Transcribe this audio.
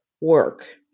work